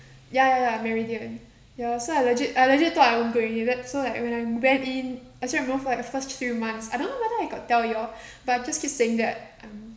ya ya ya I'm meridian ya lor so I legit I legit thought I won't go in that so like when I went in I still remember for like the first few months I don't know whether I got tell you all but I just keep saying that um